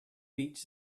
beach